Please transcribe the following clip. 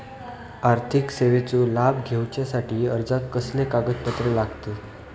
आर्थिक सेवेचो लाभ घेवच्यासाठी अर्जाक कसले कागदपत्र लागतत?